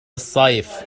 الصيف